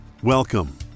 Welcome